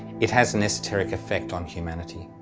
it has an esoteric effect on humanity.